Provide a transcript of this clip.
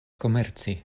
komerci